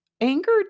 anger